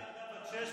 יש לי ילדה בת שש,